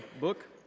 book